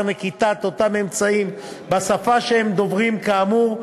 נקיטת אותם אמצעים בשפה שהם דוברים כאמור,